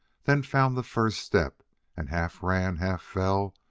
then found the first step and half ran, half fell,